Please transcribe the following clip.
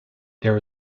there